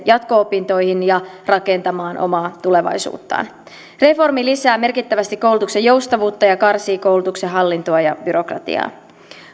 jatko opintoihin ja rakentamaan omaa tulevaisuuttaan reformi lisää merkittävästi koulutuksen joustavuutta ja karsii koulutuksen hallintoa ja byrokratiaa